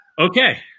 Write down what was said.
Okay